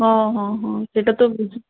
ହଁ ହଁ ହଁ ସେଇଟା ତ ବୁଝୁ